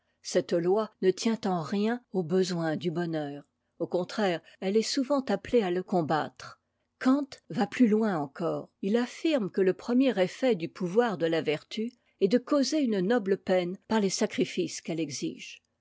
cette loi ne tient en rien au besoin du bonheur au contraire elle est souvent appelée à le combattre kant va plus loin encore il affirme que le premier effet du pouvoir de la vertu est de causer une noble pejne par les sacrifices qu'elle exige